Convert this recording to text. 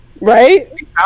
Right